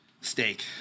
Steak